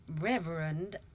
Reverend